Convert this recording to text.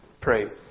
praise